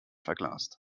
verglast